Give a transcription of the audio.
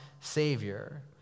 Savior